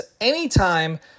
anytime